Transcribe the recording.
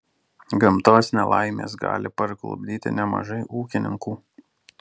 gamtos nelaimės gali parklupdyti nemažai ūkininkų